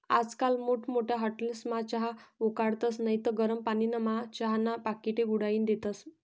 आजकाल मोठमोठ्या हाटेलस्मा चहा उकाळतस नैत गरम पानीमा चहाना पाकिटे बुडाईन देतस